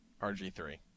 RG3